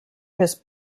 his